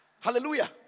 Hallelujah